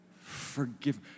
Forgive